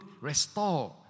restore